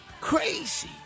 Crazy